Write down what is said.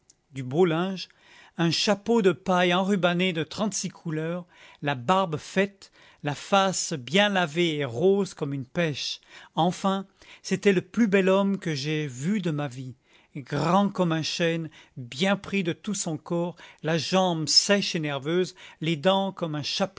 du beau linge un chapeau de paille enrubané de trente-six couleurs la barbe faite la face bien lavée et rose comme une pêche enfin c'était le plus bel homme que j'aie vu de ma vie grand comme un chêne bien pris de tout son corps la jambe sèche et nerveuse les dents comme un